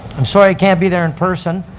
i'm sorry i can't be there in person.